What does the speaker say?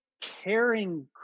caring